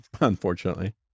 unfortunately